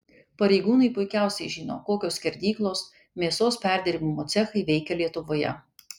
pareigūnai puikiausiai žino kokios skerdyklos mėsos perdirbimo cechai veikia lietuvoje